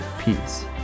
Peace